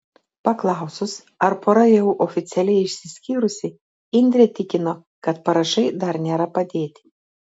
paklausus ar pora jau oficialiai išsiskyrusi indrė tikino kad parašai dar nėra padėti